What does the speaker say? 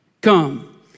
come